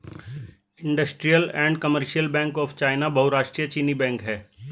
industrial and Commercial Bank of China बहुराष्ट्रीय चीनी bank है